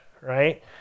right